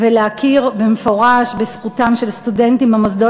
ולהכיר במפורש בזכותם של סטודנטים במוסדות